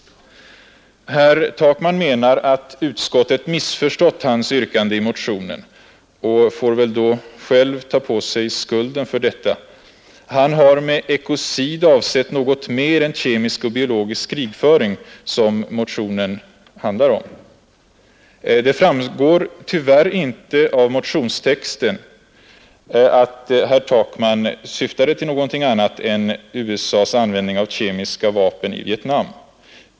Herr Takman menar att utskottet missförstått hans yrkande i motionen och får väl då själv ta på sig skulden för detta. Han har med ekocid avsett något mer än kemisk och biologisk krigföring, som motionen handlar om. Det framgår tyvärr inte av motionstexten att herr Takman syftade till något annat än USA s användning av kemiska vapen i Vietnam.